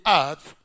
earth